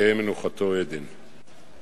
תהא מנוחתו עדן.